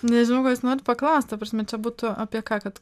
nežinau ką jūs norit paklaust ta prasme čia būtų apie ką kad